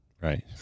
Right